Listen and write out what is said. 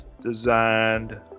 designed